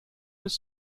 ist